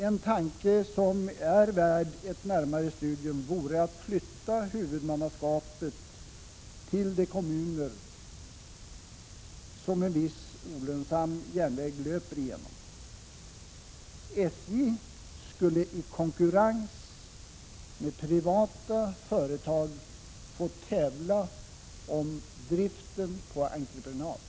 En tanke som är värd ett närmare studium vore att flytta huvudmannaskapet till de kommuner som en viss olönsam järnväg löper igenom. SJ skulle i konkurrens med privata företag få tävla om driften på entreprenad.